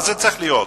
מה זה צריך להיות?